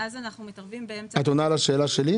--- את עונה לשאלה שלי?